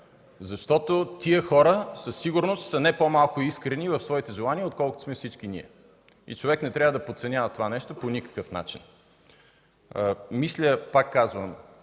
Тези хора са сигурно не по-малко искрени в своите желания, отколкото и всички ние. Човек не трябва да подценява това нещо по никакъв начин. Пак казвам: